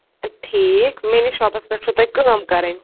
ٹھیٖک میٲنِس شاپس پٮ۪ٹھ چھو تۄہہِ کٲم کَرٕنۍ